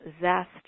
zest